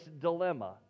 dilemma